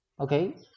okay